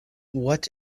what